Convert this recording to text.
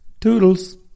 Toodles